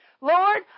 Lord